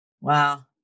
Wow